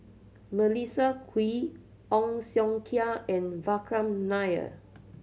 Melissa Kwee Ong Siong Kai and Vikram Nair